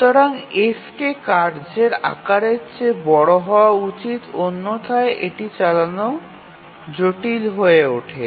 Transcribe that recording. সুতরাং F কে কার্যের আকারের চেয়ে বড় হওয়া উচিত অন্যথায় এটি চালানো জটিল হয়ে ওঠে